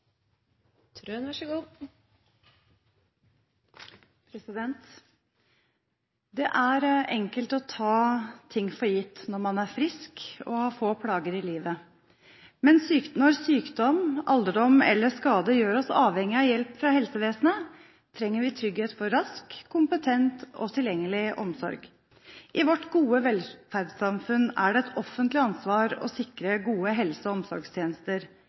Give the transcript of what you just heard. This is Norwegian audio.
hevder seg så godt som det gjør i et internasjonalt marked, før man går i gang med å reformere på nytt. Det er enkelt å ta ting for gitt når man er frisk og har få plager i livet. Men når sykdom, alderdom eller skade gjør oss avhengige av hjelp fra helsevesenet, trenger vi trygghet for rask, kompetent og tilgjengelig omsorg. I vårt gode velferdssamfunn er det et offentlig ansvar å